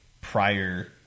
prior